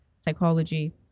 psychology